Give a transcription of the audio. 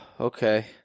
okay